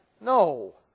no